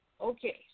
Okay